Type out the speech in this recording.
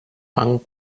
pan